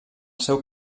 seu